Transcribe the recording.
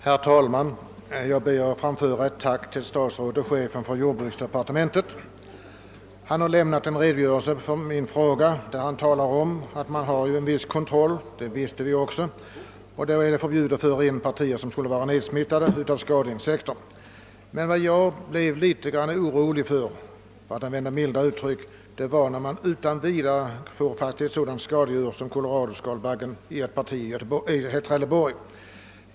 Herr talman! Jag ber att få framföra ett tack till statsrådet och chefen för jordbruksdepartementet för svaret. Han redogjorde för de förhållanden som jag avsett i min fråga. Han talar om att vi har en viss kontroll — vilket vi visste tidigare — och att det är förbjudet att föra in partier som är nedsmittade av skadeinsekter. Jag blev litet grand orolig över — för att använda ett milt uttryck — att man fann ett sådant skadedjur som koloradoskalbaggen i ett parti i Trelleborg.